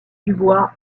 dubois